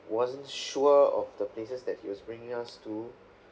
wasn't sure of the places that he was bringing us to